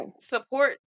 support